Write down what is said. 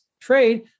trade